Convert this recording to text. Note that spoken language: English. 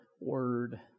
word